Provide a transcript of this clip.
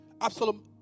Absalom